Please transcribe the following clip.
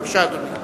בבקשה, אדוני.